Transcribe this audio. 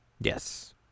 Yes